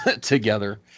together